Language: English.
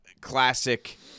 classic